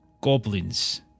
goblins